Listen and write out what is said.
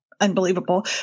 unbelievable